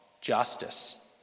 justice